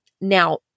Now